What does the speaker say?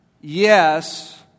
yes